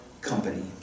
company